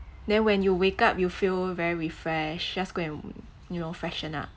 then when you wake up you feel very refreshed just go and you know freshen up